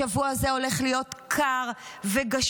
השבוע הזה הולך להיות קר וגשום,